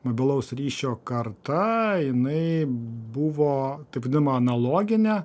mobilaus ryšio karta jinai buvo taip vadinama analogine